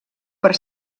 per